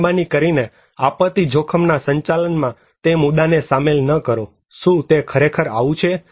મહેરબાની કરીને આપત્તિ જોખમ ના સંચાલનમાં તે મુદ્દાને સામેલ ન કરો શું તે ખરેખર આવું છે